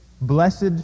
Blessed